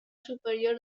superior